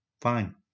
fine